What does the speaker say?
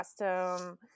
custom